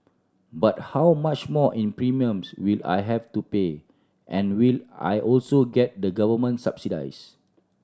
but how much more in premiums will I have to pay and will I also get the government subsidies